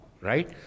Right